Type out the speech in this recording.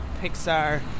Pixar